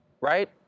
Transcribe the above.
Right